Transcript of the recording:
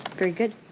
very good.